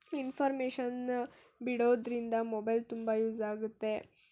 ಇನ್ಫಾರ್ಮೇಶನ್ನ ಬಿಡೋದರಿಂದ ಮೊಬೈಲ್ ತುಂಬ ಯೂಸ್ ಆಗುತ್ತೆ